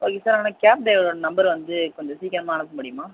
okay sir ஆனால் cab டிரைவரோட number வந்து கொஞ்சம் சீக்கிரமாக அனுப்ப முடியுமா